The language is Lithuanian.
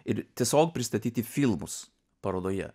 ir tiesiog pristatyti filmus parodoje